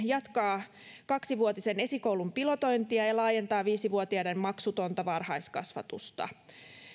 jatkaa kaksivuotisen esikoulun pilotointia ja laajentaa viisivuotiaiden maksutonta varhaiskasvatusta